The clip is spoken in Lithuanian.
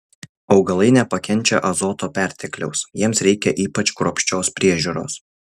augalai nepakenčia azoto pertekliaus jiems reikia ypač kruopščios priežiūros